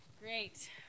Great